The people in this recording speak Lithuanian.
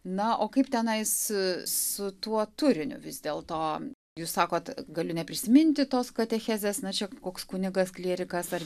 na o kaip tenais su tuo turiniu vis dėlto jūs sakot galiu neprisiminti tos katechezės na čia koks kunigas klierikas ar